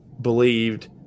believed